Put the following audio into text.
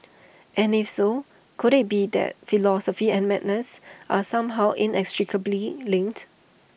and if so could IT be that philosophy and madness are somehow inextricably linked